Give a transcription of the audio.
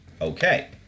Okay